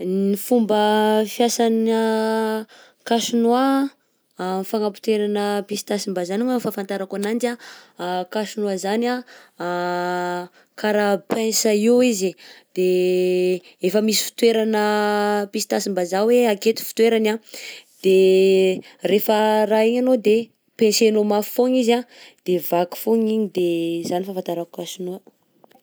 Ny fmba fiasanà casse-noix anh am'fagnapotenana pistasim-mbazaha longany fahanfatarako ananjy anh casse-noix zany anh karaha pince io izy de efa misy fitoerana pistasim-mbazaha hoe aketo fitoerany anh de rehefa raha igny anao de pincer-nao mafy foagna izy anh de vaky foagna igny, de zany fahanfatarako casse-noix.